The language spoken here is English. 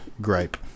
gripe